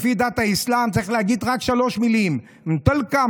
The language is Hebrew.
לפי דת האסלאם צריך להגיד רק שלוש מילים: מטאלקה,